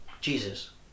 Jesus